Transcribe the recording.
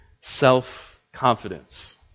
Self-confidence